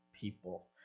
people